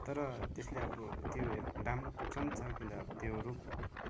तर त्यसले अब त्यो राम्रो पक्ष पनि छ किन भन्दा त्यो रुख